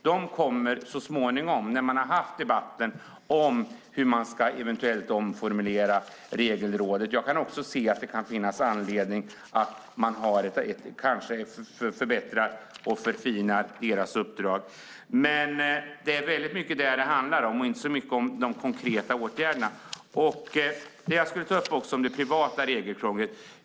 De kommer så småningom när man har haft debatten om hur man eventuellt ska omformulera uppdraget för Regelrådet. Jag kan också se att det kan finnas anledning att kanske förbättra och förfina deras uppdrag. Men det är väldigt mycket vad det handlar om och inte så mycket de konkreta åtgärderna. Jag vill också ta upp det privata regelkrånglet.